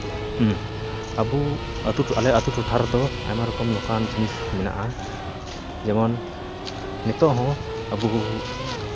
ᱦᱮᱸ ᱟᱵᱚ ᱟᱹᱛᱩ ᱟᱞᱮ ᱟᱹᱛᱩ ᱴᱚᱴᱷᱟ ᱨᱮᱫᱚ ᱟᱭᱢᱟ ᱨᱚᱠᱚᱢ ᱱᱚᱝᱠᱟᱱ ᱡᱤᱱᱤᱥ ᱢᱮᱱᱟᱜᱼᱟ ᱡᱮᱢᱚᱱ ᱱᱤᱛᱚᱜ ᱦᱚᱸ ᱟᱵᱚ